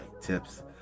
tips